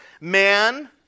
man